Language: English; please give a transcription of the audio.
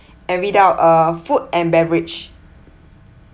and read out uh food and beverage